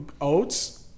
oats